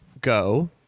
go